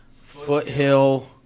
foothill